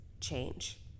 change